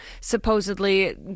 supposedly